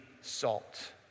salt